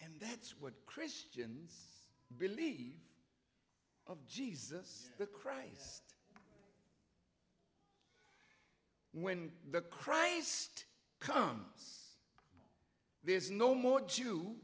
and that's what christians believe of jesus the christ when the christ comes there's no more jew